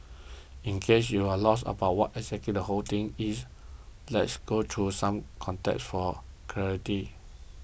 in case you're lost about what exactly the whole thing is let's go through some context for clarity